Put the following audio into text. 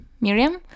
Miriam